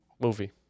movie